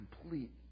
complete